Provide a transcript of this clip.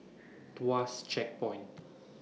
Tuas Checkpoint